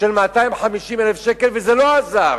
של 250,000 שקל וזה לא עזר,